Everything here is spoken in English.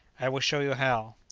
i will show you how.